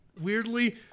weirdly